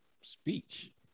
speech